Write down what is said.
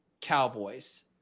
Cowboys